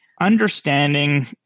understanding